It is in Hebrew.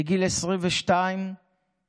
בגיל 22 התחתנתי,